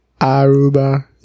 Aruba